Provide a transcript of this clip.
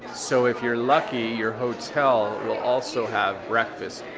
so if you're lucky, your hotel will also have breakfast.